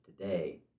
today